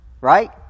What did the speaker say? Right